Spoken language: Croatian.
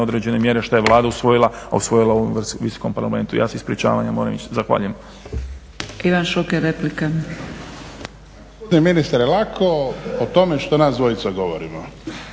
određene mjere što je Vlada usvojila, a usvojila u ovom Visokom parlamentu. Ja se ispričavam, ja moram ići. Zahvaljujem.